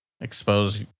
expose